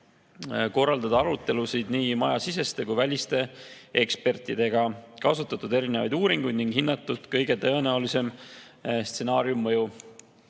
korraldada arutelusid nii majasiseste kui ka ‑väliste ekspertidega, kasutatud erinevaid uuringuid ning hinnatud kõige tõenäolisema stsenaariumi mõju.